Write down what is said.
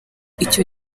icyo